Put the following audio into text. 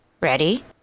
Ready